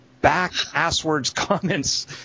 back-asswords-comments